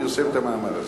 הוא פרסם את המאמר הזה.